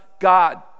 God